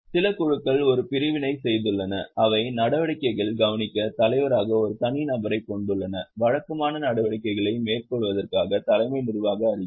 சில குழுக்கள் ஒரு பிரிவினை செய்துள்ளன அவை நடவடிக்கைகளை கவனிக்க தலைவராக ஒரு தனி நபரைக் கொண்டுள்ளன வழக்கமான நடவடிக்கைகளை மேற்கொள்வதற்கான தலைமை நிர்வாக அதிகாரி